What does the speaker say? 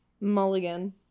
Mulligan